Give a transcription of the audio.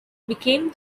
became